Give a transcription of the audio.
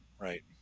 Right